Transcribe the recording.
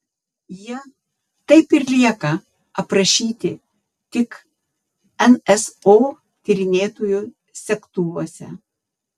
jie taip ir lieka aprašyti tik nso tyrinėtojų segtuvuose